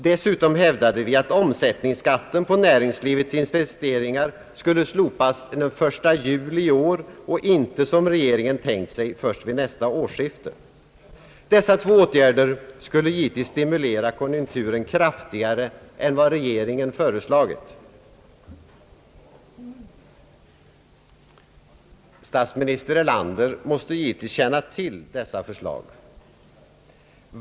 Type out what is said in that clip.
Dessutom hävdade vi att omsättningsskatten på näringslivets investeringar skulle slopas den 1 juli i år och inte — som regeringen tänkt sig — först vid nästa årsskifte. Dessa två åtgärder skulle givetvis stimulera konjunkturen kraftigare än vad regeringen föreslagit. Statsminister Erlander måste helt visst känna till dessa förslag.